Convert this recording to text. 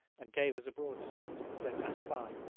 and gave us a broadside as they passed by.